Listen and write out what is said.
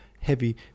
heavy